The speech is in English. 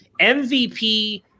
MVP –